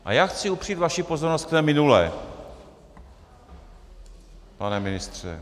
A já chci upřít vaši pozornost k té minulé, pane ministře.